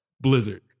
Blizzard